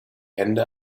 hände